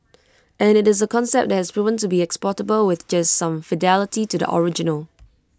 and IT is A concept that has proven to be exportable with just some fidelity to the original